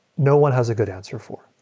no one has a good answer for.